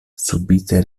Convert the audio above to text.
subite